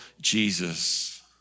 Jesus